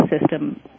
system